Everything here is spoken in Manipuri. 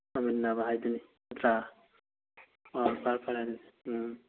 ꯐꯃꯤꯟꯅꯕ ꯍꯥꯏꯗꯨꯅꯤ ꯅꯠꯇ꯭ꯔ ꯐꯔꯦ ꯐꯔꯦ ꯑꯗꯨꯗꯤ ꯎꯝ